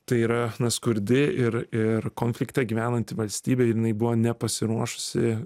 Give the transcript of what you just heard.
tai yra skurdi ir ir konflikte gyvenanti valstybė ir jinai buvo nepasiruošusi